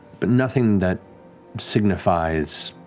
but nothing that signifies